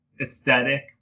aesthetic